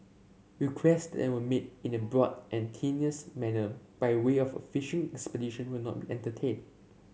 request that are made in a broad and manner by way of a fishing expedition will not entertained